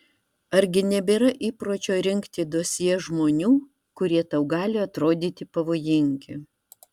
argi nebėra įpročio rinkti dosjė žmonių kurie tau gali atrodyti pavojingi